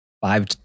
five